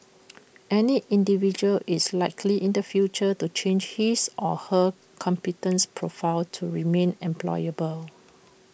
any individual is likely in the future to change his or her competence profile to remain employable